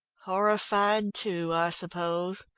horrified, too, i suppose,